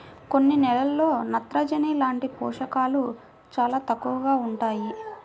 కొన్ని నేలల్లో నత్రజని లాంటి పోషకాలు చాలా తక్కువగా ఉంటాయి